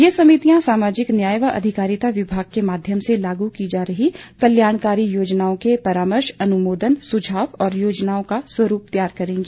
ये समितियां सामाजिक न्याय व अधिकारिता विभाग के माध्यम से लागू की जा रही कल्याणकारी योजनाओं के परामर्श अनुमोदन सुझाव और योजनाओं का स्वरूप तैयार करेंगी